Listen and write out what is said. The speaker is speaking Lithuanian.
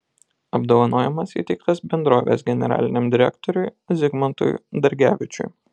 apdovanojimas įteiktas bendrovės generaliniam direktoriui zigmantui dargevičiui